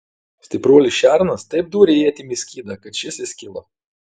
stipruolis šernas taip dūrė ietimi į skydą kad šis įskilo